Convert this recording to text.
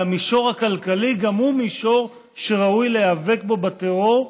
והמישור הכלכלי גם הוא מישור שראוי להיאבק בו בטרור.